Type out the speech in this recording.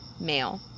male